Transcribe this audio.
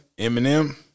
Eminem